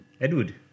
Edward